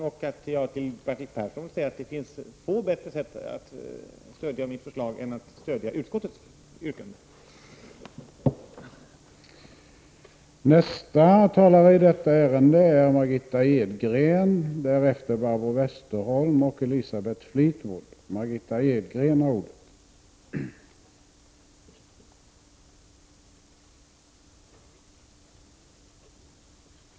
Jag vill till Bertil Persson säga att det finns få bättre sätt att stödja mitt förslag än genom att stödja utskottets yrkande.